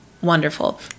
wonderful